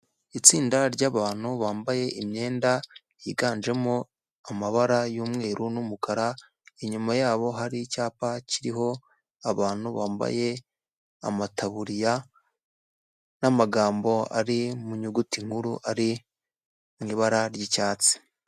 Itsinda ry'abantu bambaye imyenda yiganjemo amabara y'umweru n'umukara, inyuma yabo hari icyapa kiriho abantu bambaye amataburiya n'amagambo ari mu nyuguti nkuru ari mu ibara ry'icyatsi.